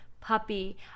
puppy